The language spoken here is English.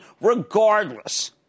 regardless